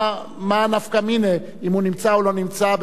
מה נפקא מינה אם הוא נמצא או לא נמצא,